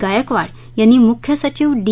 गायकवाड यांनी मुख्य सचिव डी